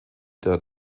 der